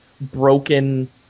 broken